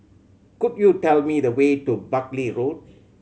could you tell me the way to Buckley Road